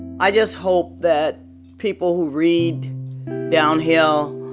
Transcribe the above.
i just hope that people who read downhill,